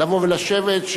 לבוא ולשבת,